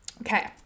Okay